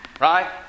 Right